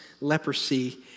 leprosy